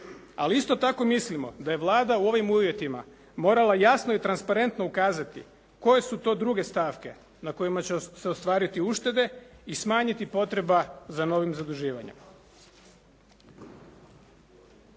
Ali isto tako mislimo da je Vlada u ovim uvjetima morala jasno i transparentno ukazati koje su to druge stavke na kojima će se ostvariti uštede i smanjiti potreba za novim zaduživanjem.